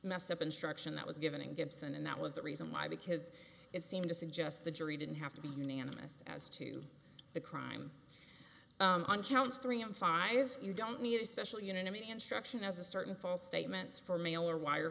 messed up instruction that was given in gibson and that was the reason why because it seemed to suggest the jury didn't have to be unanimous as to the crime on counts three and five you don't need a special unanimity instruction as a certain false statements for mail or wire